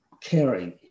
caring